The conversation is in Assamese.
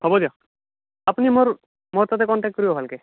হ'ব দিয়ক আপুনি মোৰ মোৰ তাতে কণ্টেক্ট কৰিব ভালকৈ